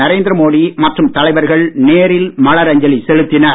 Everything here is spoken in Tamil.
நரேந்திர மோடி மற்றும் தலைவர்கள் நேரில் மலர் அஞ்சலி செலுத்தினர்